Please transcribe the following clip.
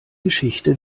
geschichte